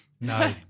No